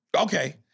Okay